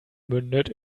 mündet